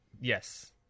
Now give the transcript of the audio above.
Yes